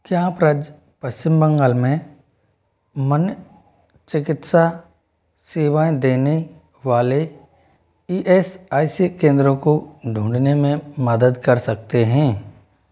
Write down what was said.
क्या तब पश्चिम बंगाल में मन चिकित्सा सेवाएँ देने वाले ई एस आई सी केंद्रों को ढूँढने में मदद कर सकते हैं